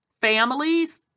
families